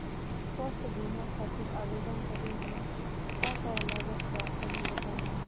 स्वास्थ्य बीमा खातिर आवेदन करे मे का का लागत बा तनि बताई?